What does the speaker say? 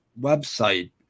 website